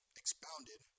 expounded